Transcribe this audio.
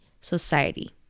Society